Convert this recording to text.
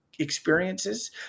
experiences